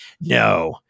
No